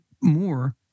more